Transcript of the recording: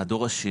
של הדור השני,